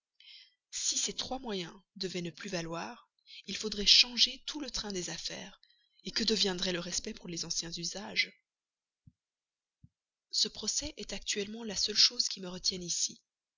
si ces trois moyens devaient ne plus valoir il faudrait changer tout le train des affaires que deviendrait le respect pour les anciens usages ce procès est actuellement la seule chose qui me retienne ici